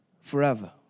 forever